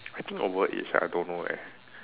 I think overage I don't know eh